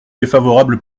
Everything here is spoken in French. défavorable